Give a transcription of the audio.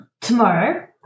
tomorrow